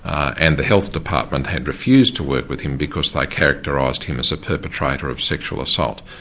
and the health department had refused to work with him because they characterised him as a perpetrator of sexual assault,